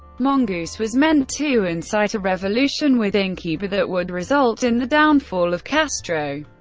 mongoose was meant to incite a revolution within cuba that would result in the downfall of castro,